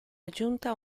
aggiunta